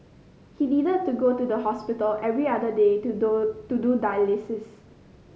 he needed to go to the hospital every other day to do to do dialysis